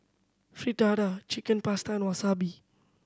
Fritada Chicken Pasta and Wasabi